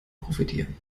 profitieren